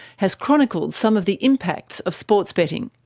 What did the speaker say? has chronicled some of the impacts of sports betting.